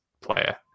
player